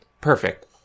perfect